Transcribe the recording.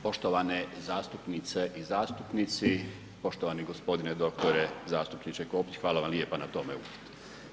Poštovane zastupnice i zastupnici, poštovani g. dr. zastupniče Kopić, hvala vam lijepa na tome upitu.